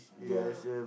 ya